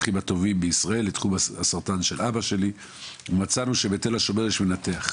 הטוב ביותר בישראל ומצאנו שבתל השומר יש מנתח.